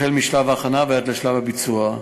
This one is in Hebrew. משלב ההכנה ועד שלב הביצוע.